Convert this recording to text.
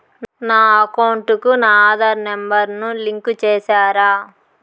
నా అకౌంట్ కు నా ఆధార్ నెంబర్ ను లింకు చేసారా